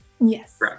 Yes